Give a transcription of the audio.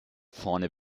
vorne